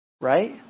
Right